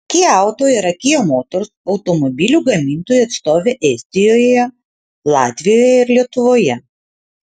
kia auto yra kia motors automobilių gamintojų atstovė estijoje latvijoje ir lietuvoje